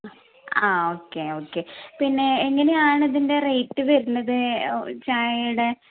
ആ okay okay പിന്നെ എങ്ങനെയാണ് ഇതിൻ്റെ റേറ്റ് വരുന്നത് ചായയുടെ